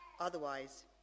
Otherwise